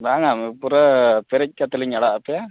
ᱵᱟᱝᱟ ᱯᱩᱨᱟᱹ ᱯᱮᱨᱮᱡ ᱠᱟᱛᱮᱫ ᱞᱤᱧ ᱟᱲᱟᱜ ᱟᱯᱮᱭᱟ